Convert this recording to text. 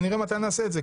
ונראה מתי נעשה את זה.